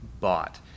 bought